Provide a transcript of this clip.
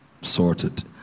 sorted